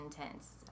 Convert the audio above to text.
intense